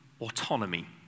autonomy